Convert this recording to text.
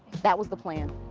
that was the plan.